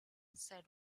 said